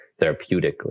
therapeutically